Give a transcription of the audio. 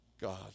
God